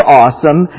awesome